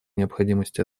необходимость